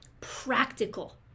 Practical